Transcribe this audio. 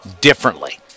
differently